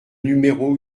numéro